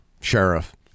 sheriff